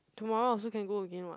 tomorrow also can go again [what]